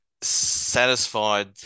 satisfied